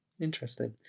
interesting